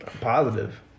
Positive